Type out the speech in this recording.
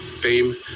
fame